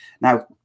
Now